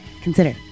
consider